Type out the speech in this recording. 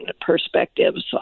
perspectives